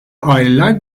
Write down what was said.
aileler